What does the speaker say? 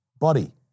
Buddy